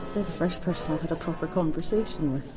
the the first person i've had a proper conversation